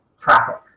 traffic